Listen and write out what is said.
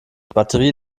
batterie